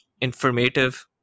informative